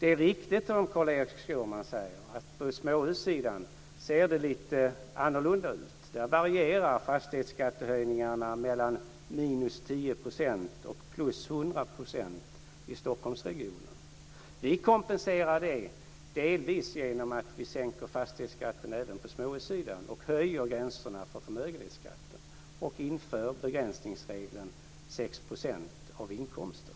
Det är riktigt som Carl-Erik Skårman säger, att på småhussidan ser det lite annorlunda ut. Där varierar fastighetsskattehöjningarna mellan minus 10 % och plus 100 % i Stockholmsregionen. Vi kompenserar det delvis genom att vi sänker fastighetsskatten även på småhussidan och höjer gränserna för förmögenhetsskatten och inför begränsningsregeln 6 % av inkomsten.